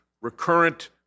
recurrent